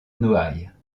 noailles